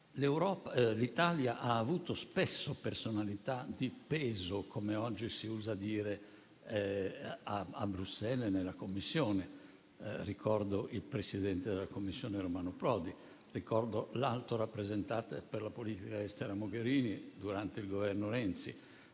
l'Italia ha avuto spesso personalità di peso, come oggi si usa dire, nella Commissione. Ricordo il presidente della Commissione Romano Prodi, ricordo l'alta rappresentante per la politica estera Mogherini durante il Governo Renzi,